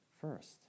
first